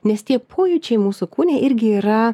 nes tie pojūčiai mūsų kūne irgi yra